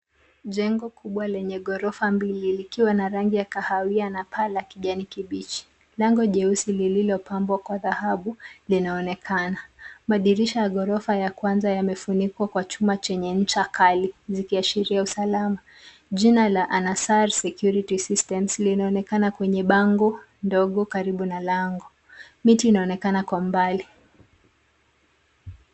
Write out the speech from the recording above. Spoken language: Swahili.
Jengo kubwa lenye ghorofa mbili likiwa na rangi ya kahawia na paa la kijani kibichi. Lango jeusi lililopambwa kwa dhahabu linaonekana. Madirisha ya ghorofa ya kwanza yamefunikwa kwa chuma chenye ncha kali zikiashiria usalama. Jina la Anasar's security system , linaonekana kwenye bango ndogo karibu na lango. Miti inaonekana kwa mbali.